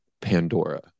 Pandora